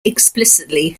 explicitly